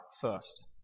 first